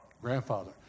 Grandfather